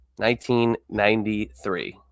1993